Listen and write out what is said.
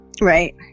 Right